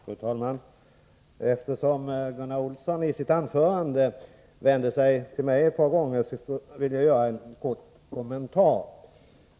Fru talman! Eftersom Gunnar Olsson i sitt anförande ett par gånger vände sig till mig, vill jag göra en kort kommentar.